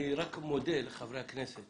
אני מודה לחברי הכנסת